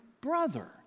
brother